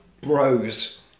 Bros